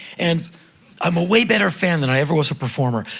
and i'm a way better fan than i ever was a performer.